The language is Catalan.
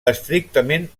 estrictament